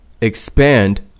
expand